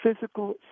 physical